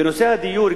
בנושא הדיור,